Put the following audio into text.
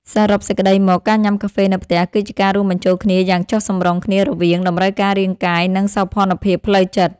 សរុបសេចក្ដីមក ការញ៉ាំកាហ្វេនៅផ្ទះគឺជាការរួមបញ្ចូលគ្នាយ៉ាងចុះសម្រុងគ្នារវាង តម្រូវការរាងកាយ និងសោភ័ណភាពផ្លូវចិត្ត។